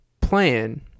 plan